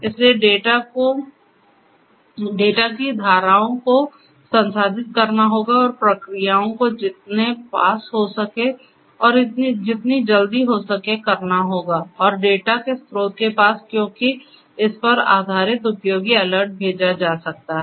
इसलिए डेटा की धाराओं को संसाधित करना होगा और क्रियाओं को जितने पास हो सके और जितनी जल्दी हो सके करना होगा और डेटा के स्रोत के पास क्योंकि इस पर आधारित उपयोगी अलर्ट भेजा जा सकता है